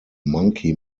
monkey